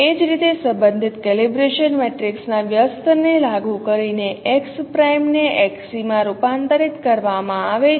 એ જ રીતે સંબંધિત કેલિબ્રેશન મેટ્રિક્સના વ્યસ્ત ને લાગુ કરીને x' ને xc માં રૂપાંતરિત કરવામાં આવે છે